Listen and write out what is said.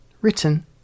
Written